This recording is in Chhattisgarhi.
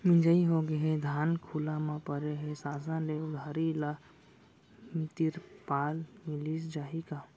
मिंजाई होगे हे, धान खुला म परे हे, शासन ले उधारी म तिरपाल मिलिस जाही का?